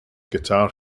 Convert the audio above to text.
guitar